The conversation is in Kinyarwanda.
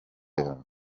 yawe